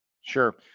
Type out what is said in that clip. Sure